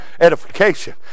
edification